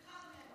סליחה.